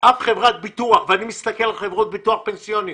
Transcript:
אני מסתכל על חברות ביטוח פנסיוניות,